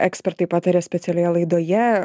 ekspertai pataria specialioje laidoje